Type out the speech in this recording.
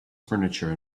furniture